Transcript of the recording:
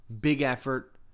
big-effort